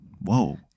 Whoa